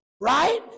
Right